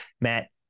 Matt